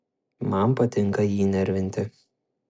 man patinka jį nervinti